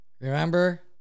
remember